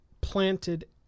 planted